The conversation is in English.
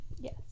Yes